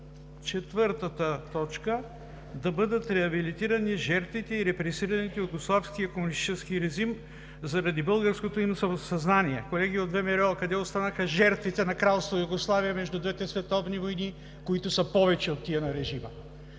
четвъртата точка: „…да бъдат реабилитирани жертвите и репресираните от югославския комунистически режим заради българското им самосъзнание“. Колеги от ВМРО, къде останаха жертвите на Кралство Югославия между двете световни войни, които са повече от тези на режима?!